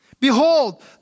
Behold